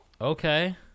Okay